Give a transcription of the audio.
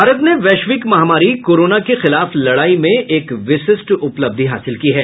भारत ने वैश्विक महामारी कोरोना के खिलाफ लड़ाई में एक विशिष्ट उपलब्धि हासिल की है